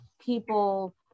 people